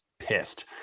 pissed